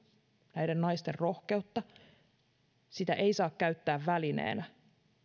näiden naisten rohkeutta ei saa käyttää välineenä